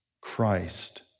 Christ